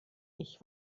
ich